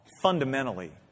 fundamentally